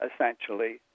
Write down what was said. essentially